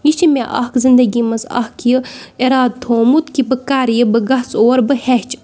یہِ چھُ مےٚ اکھ زندگی منٛز اکھ یہِ اِرادٕ تھومُت کہِ بہٕ کرٕ یہِ بہٕ گژھ اور بہٕ ہٮ۪چھِ یہِ